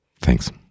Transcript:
Thanks